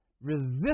resist